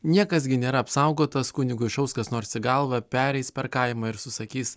niekas gi nėra apsaugotas kunigui šaus kas nors į galvą pereis per kaimą ir susakys